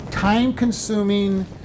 Time-consuming